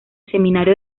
seminario